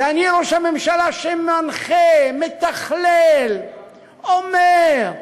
זה אני ראש הממשלה שמנחה, מתכלל, אומר,